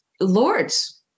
Lords